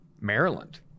Maryland